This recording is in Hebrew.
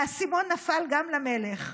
האסימון נפל גם למלך,